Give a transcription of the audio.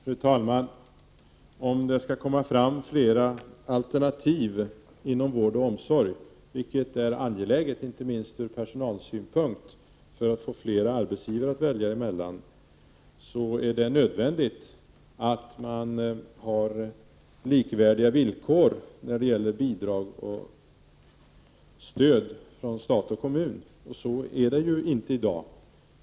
Fru talman! Om det skall komma fram flera alternativ inom vården och omsorgen — vilket är angeläget, inte minst för att personalen skall få flera arbetsgivare att välja emellan — är det nödvändigt att man har likvärdiga villkor när det gäller bidrag och stöd från stat och kommun. Så är det ju inte i dag.